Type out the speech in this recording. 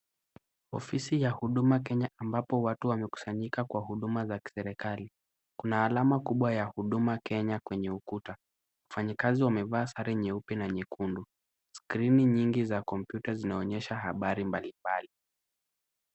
Ofisi ya huduma Kenya ambapo watu wamekusanyika kwa huduma za kiserekali. Kuna alama kubwa ya Huduma Kenya kwenye ukuta. Wafanyikazi wamevaa sare nyeupe na nyekundu, skrini nyingi za kompiuta zinaonyesha habari mbalimbali.